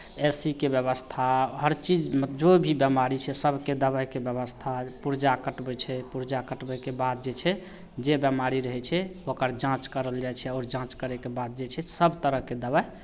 ए C के व्यवस्था हर चीज जो भी बेमारी छै सभके दबाइके व्यवस्था पुर्जा कटबै छै पुर्जा कटबैके बाद जे छै जे बेमारी रहै छै ओकर जाँच करल जाइ छै आओर जाँच करयके बाद जे छै सभ तरहके दबाइ